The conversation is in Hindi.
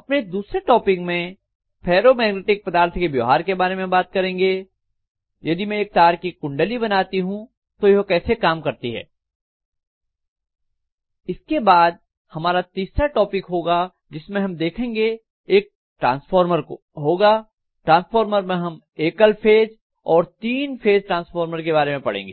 अपने दूसरे टॉपिक में फैरोमेग्नेटिक पदार्थ के व्यवहार के बारे में बात करेंगे यदि मैं एक तार की कुंडली बनाती हूँ तो यह कैसे काम करती है इसके बाद हमारा तीसरा टॉपिक जिसको हम देखेंगे एक ट्रांसफॉर्मर होगा ट्रांसफॉर्मर में हम एकल फेज और तीन फेज ट्रांसफॉर्मर के बारे में पढ़ेंगे